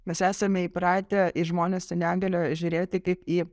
mes esame įpratę į žmones su negalia žiūrėti kaip į